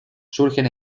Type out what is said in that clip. surgen